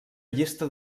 llista